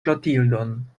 klotildon